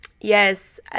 yes